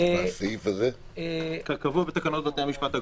--- כפי שקבוע בתקנות בתי משפט